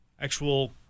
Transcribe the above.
actual